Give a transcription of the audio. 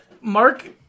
Mark